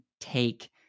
take